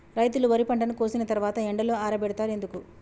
రైతులు వరి పంటను కోసిన తర్వాత ఎండలో ఆరబెడుతరు ఎందుకు?